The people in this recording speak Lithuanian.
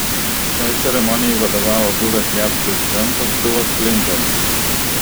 šiai ceremonijai vadovavo buvęs jav prezidentas bilas klintonas